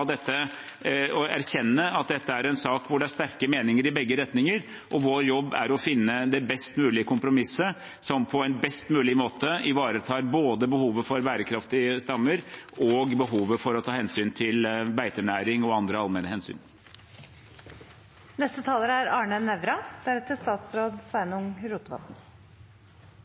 erkjenne at dette er en sak hvor det er sterke meninger i begge retninger. Vår jobb er å finne det best mulige kompromisset som på en best mulig måte ivaretar både behovet for bærekraftige stammer og behovet for å ta hensyn til beitenæring og andre allmenne hensyn. Jeg er